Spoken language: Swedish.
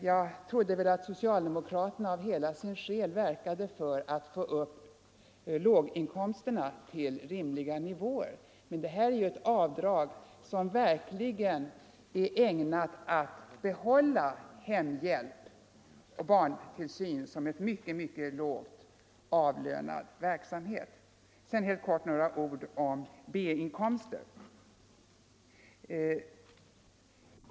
Jag trodde att socialdemokraterna av hela sin själ verkade för att få upp låginkomsterna till rimliga nivåer. Men det här är ju ett avdrag som verkligen är ägnat att bibehålla hemhjälp och barntillsyn som mycket lågt avlönad verksamhet. Sedan helt kort några ord om B-inkomster.